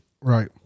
Right